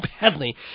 badly